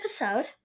episode